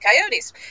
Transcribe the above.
coyotes